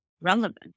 relevant